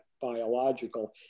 biological